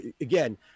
again